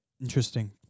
Interesting